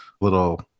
little